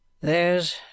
there's